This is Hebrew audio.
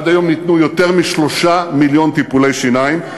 עד היום ניתנו יותר מ-3 מיליון טיפולי שיניים.